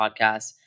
podcasts